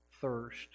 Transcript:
thirst